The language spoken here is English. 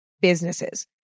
businesses